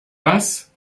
das